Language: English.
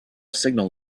signal